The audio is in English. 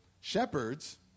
shepherds